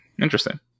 Interesting